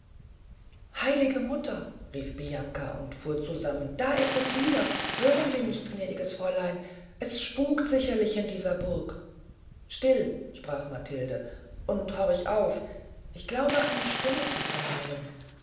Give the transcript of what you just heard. heilige mutter rief bianca und fuhr zusammen da ist es wieder hören sie nichts gnädiges fräulein es spukt sicherlich in dieser burg still sprach matilde und horch auf ich glaube eine stimme zu vernehmen